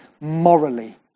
morally